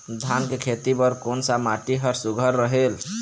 धान के खेती बर कोन सा माटी हर सुघ्घर रहेल?